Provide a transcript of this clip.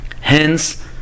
hence